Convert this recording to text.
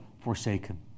forsaken